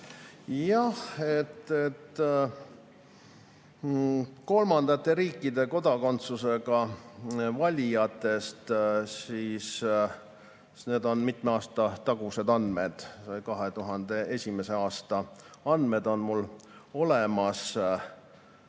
Jah, kolmandate riikide kodakondsusega valijaid – need on mitme aasta tagused andmed, [2021.] aasta andmed on mul olemas,